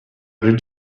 did